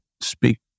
speak